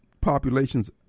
populations